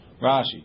Rashi